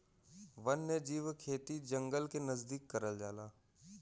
वन्यजीव खेती जंगल के नजदीक करल जाला